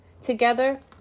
Together